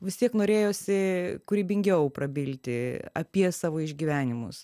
vis tiek norėjosi kūrybingiau prabilti apie savo išgyvenimus